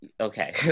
okay